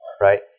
right